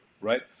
right